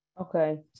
Okay